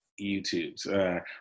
youtubes